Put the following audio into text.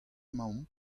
emaomp